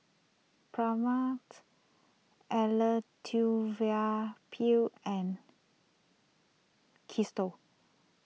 Pranav's Elattuvalapil and Kee store